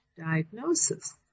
diagnosis